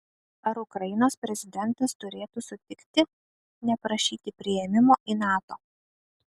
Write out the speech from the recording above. ar ukrainos prezidentas turėtų sutikti neprašyti priėmimo į nato